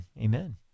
Amen